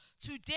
today